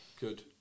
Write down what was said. good